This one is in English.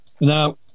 Now